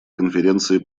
конференции